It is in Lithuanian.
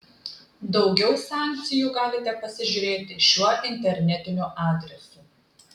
daugiau sankcijų galite pasižiūrėti šiuo internetiniu adresu